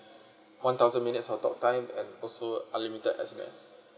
one thousand minutes of talk time and also unlimited S_M_S